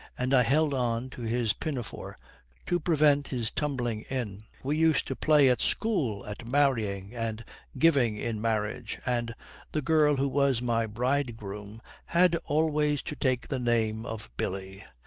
and i held on to his pinafore to prevent his tumbling in. we used to play at school at marrying and giving in marriage, and the girl who was my bridegroom had always to take the name of billy.